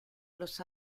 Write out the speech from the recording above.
los